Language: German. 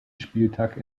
spieltag